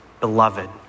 beloved